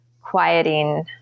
quieting